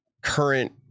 current